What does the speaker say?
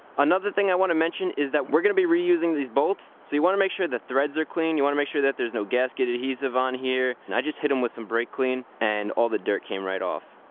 another thing i want to mention is that we're going to be reusing these bolts, so you want to make sure the threads are clean, you want to make sure that there's no gasket adhesive on here, and i just hit them with some brake clean and all the dirt came right off.